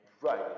Right